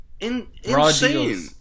Insane